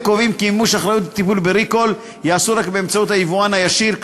קובעים כי מימוש אחריות וטיפול ב-recall ייעשו רק באמצעות היבואן הישיר,